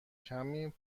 کمی